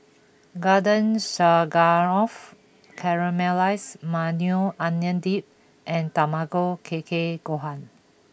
Garden Stroganoff Caramelized Maui Onion Dip and Tamago Kake Gohan